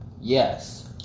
Yes